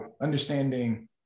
understanding